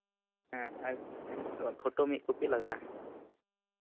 ᱦᱮᱸ ᱟᱨ ᱯᱷᱳᱴᱳ ᱢᱤᱫ ᱠᱚᱯᱤ ᱞᱟᱜᱟᱜᱼᱟ